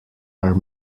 are